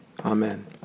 Amen